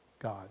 God